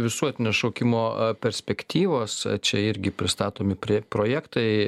visuotinio šaukimo perspektyvos čia irgi pristatomi prie projektai